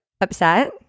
upset